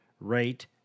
rate